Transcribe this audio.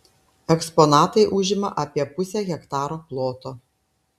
eksponatai užima apie pusę hektaro ploto